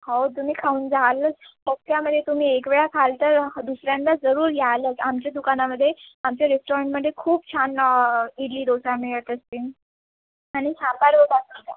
हो तुम्ही खाऊन जालच पक्क्यामध्ये तुम्ही एक वेळा खाल तर दुसऱ्यांदा जरूर यालच आमच्या दुकानामध्ये आमच्या रेस्टॉरंटमध्ये खूप छान इडली दोसा मिळत असते आणि सांबार वडासुद्धा